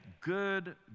good